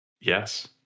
Yes